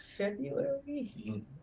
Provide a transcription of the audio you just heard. February